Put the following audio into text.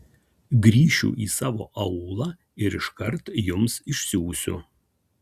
grįšiu į savo aūlą ir iškart jums išsiųsiu